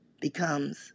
becomes